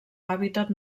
hàbitat